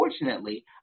unfortunately